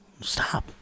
Stop